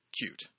cute